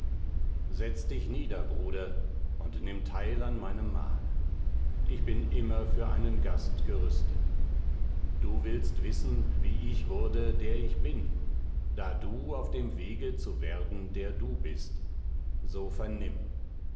setz dich nieder bruder und nimm teil an meinem mahl ich bin immer für einen gast gerüstet du willst wissen wie ich wurde der ich bin da du auf dem wege zu werden der du bist so vernimm